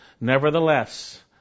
Nevertheless